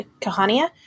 Kahania